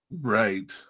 right